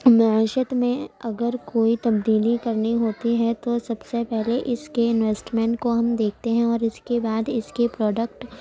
معیشت میں اگر کوئی تبدیلی کرنی ہوتی ہے تو سب سے پہلے اس کے انویسٹمنٹ کو ہم دیکھتے ہیں اور اس کے بعد اس کے پروڈکٹ